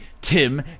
Tim